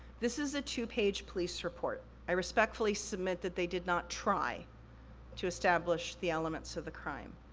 this is a two page police report. i respectfully submit that they did not try to establish the elements of the crime.